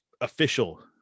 official